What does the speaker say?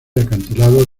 acantilados